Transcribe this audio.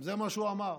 זה מה שהוא אמר,